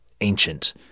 ancient